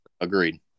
agreed